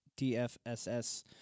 DFSS